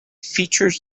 features